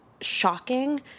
shocking